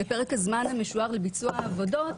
פרק הזמן המשוער לביצוע העבודות,